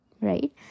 Right